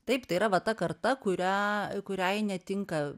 taip tai yra va ta karta kurią kuriai netinka